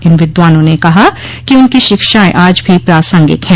इन विद्वानों ने कहा कि उनकी शिक्षायें आज भी प्रासंगिक हैं